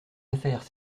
affaires